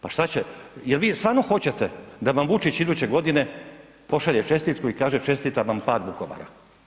Pa šta će, je li vi stvarno hoćete da vam Vučić iduće godine pošalje čestitku i kaže čestitam vam pad Vukovara?